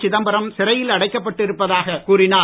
சிதம்பரம் சிறையில் அடைக்கப்பட்டு இருப்பதாகக் கூறினார்